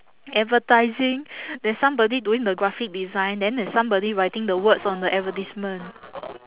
advertising there's somebody doing the graphic design then there's somebody writing the words on the advertisement